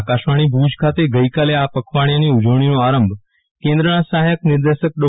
આકાશવાણી ભુજ ખાતે ગઈકાલે આ પખવાડીયાની ઉજવણીનો આરંભ કેન્દ્રના સફાયક નિર્દેશક ડો